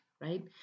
right